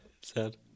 Sad